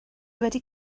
wedi